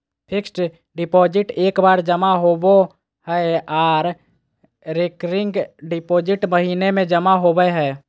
fixed deposit एक बार जमा होबो हय आर रेकरिंग डिपॉजिट महीने में जमा होबय हय